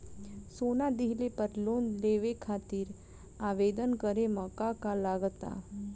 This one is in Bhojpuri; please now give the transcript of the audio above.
सोना दिहले पर लोन लेवे खातिर आवेदन करे म का का लगा तऽ?